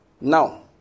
Now